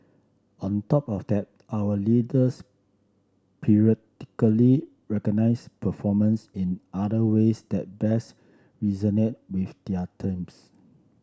on top of that our leaders periodically recognise performance in other ways that best resonate with their teams